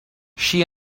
she